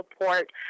support